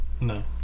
No